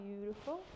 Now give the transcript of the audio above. Beautiful